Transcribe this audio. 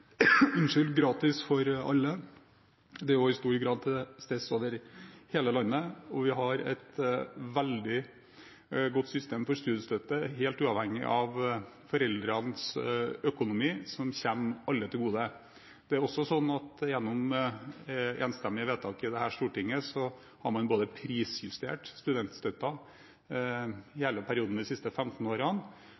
gratis for alle, den er i stor grad til stede over hele landet. Vi har et veldig godt system for studiestøtte, helt uavhengig av foreldrenes økonomi, som kommer alle til gode. Det er også sånn at gjennom enstemmige vedtak i Stortinget, har man i hele perioden de siste 15 årene prisjustert